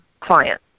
client